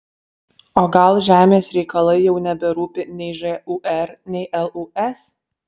o gal žemės reikalai jau neberūpi nei žūr nei lūs